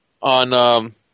on